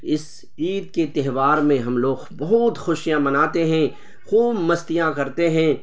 اس عید کے تہوار میں ہم لوگ بہت خوشیاں مناتے ہیں خوب مستیاں کرتے ہیں